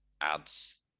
ads